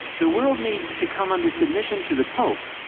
the world needs to come under submission to the pope,